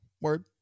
Word